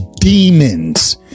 demons